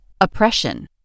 oppression